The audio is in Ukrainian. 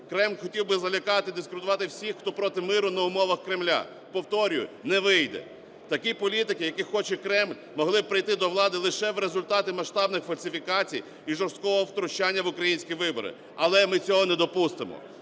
Окремо хотів залякати і дискредитувати всіх, хто проти миру на умовах Кремля, повторюю, не вийде. Такі політики, яких хоче Кремль, могли б прийти до влади лише в результаті масштабних фальсифікацій і жорсткого втручання в українські вибори. Але ми цього не допустимо.